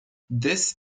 this